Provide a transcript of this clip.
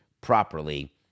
properly